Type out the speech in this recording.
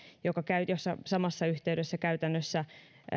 ja samassa yhteydessä käytännössä